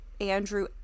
andrew